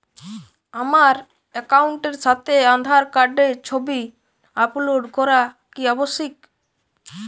আমার অ্যাকাউন্টের সাথে আধার কার্ডের ছবি আপলোড করা কি আবশ্যিক?